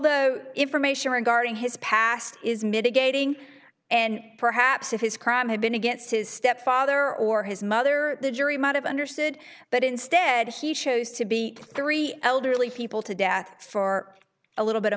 h information regarding his past is mitigating and perhaps if his crime had been against his stepfather or his mother the jury might have understood but instead he chose to be three elderly people to death for a little bit of